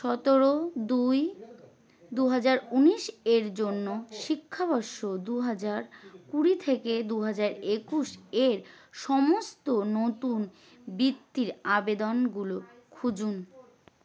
সতেরো দুই দু হাজার উনিশ এর জন্য শিক্ষাবর্ষ দু হাজার কুড়ি থেকে দু হাজার একুশের সমস্ত নতুন বৃত্তির আবেদনগুলো খুঁজুন